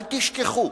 אל תשכחו.